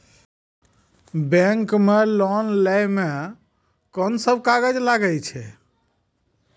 Bank मे loan लै मे कोन सब कागज लागै छै?